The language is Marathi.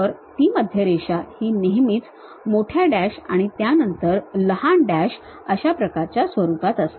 तर ती मध्य रेषा ही नेहमी मोठ्या डॅश आणि त्यानंतर लहान डॅश अशा प्रकारच्या स्वरूपात असते